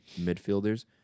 midfielders